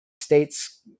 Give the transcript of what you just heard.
states